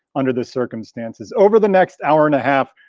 under the circumstances. over the next hour and a half,